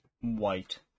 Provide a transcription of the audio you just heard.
White